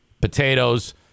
potatoes